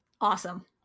Awesome